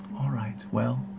all right, well,